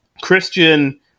Christian